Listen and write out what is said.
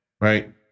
right